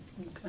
Okay